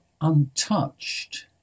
untouched